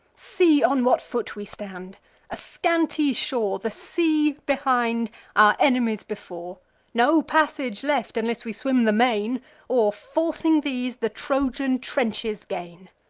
see on what foot we stand a scanty shore, the sea behind, our enemies before no passage left, unless we swim the main or, forcing these, the trojan trenches gain.